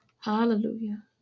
Hallelujah